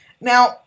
Now